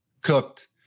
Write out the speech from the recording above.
Cooked